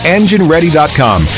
EngineReady.com